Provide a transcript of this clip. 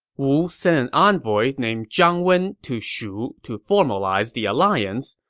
wu sent an envoy named zhang wen to shu to formalize the alliance,